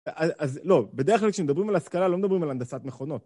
אז לא, בדרך כלל כשמדברים על השכלה לא מדברים על הנדסת מכונות.